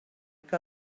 que